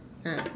ah